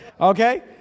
okay